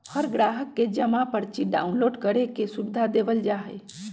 हर ग्राहक के जमा पर्ची डाउनलोड करे के सुविधा देवल जा हई